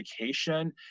education